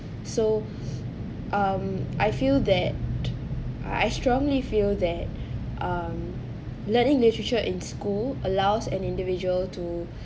so um I feel that I strongly feel that I um learning literature in school allows an individual to